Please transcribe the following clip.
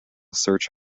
search